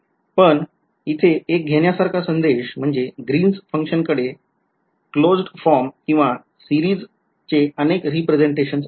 पण इथे एक घेण्यासारखा संदेश म्हणजे ग्रीन्स function कडे कॉज्ड फॉर्म किंवा सिरीजचे अनेक रेप्रेसेंटेशन आहे